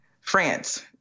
France